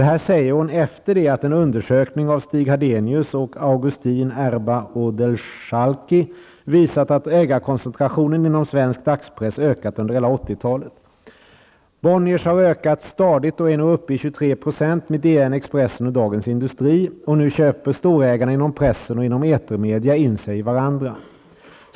Detta säger hon efter det att en undersökning av Stig Hadenius och Augustin Erba Odescalchi visat att ägarkoncentrationen inom svensk dagspress ökat under hela 80-talet. Bonniers har ökat stadigt och är nu uppe i 23 % med DN, Expressen och Dagens Industri. Och nu köper storägarna inom pressen och etermedia in sig i varandra.